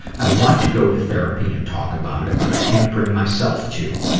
i want to go to therapy and talk about it, but i can't bring myself to.